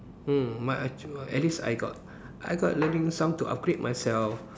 mm my at least I got I got learning some to upgrade myself